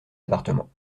appartements